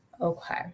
Okay